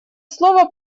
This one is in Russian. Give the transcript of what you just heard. слово